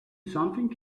something